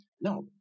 no